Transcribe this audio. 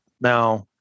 Now